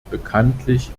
bekanntlich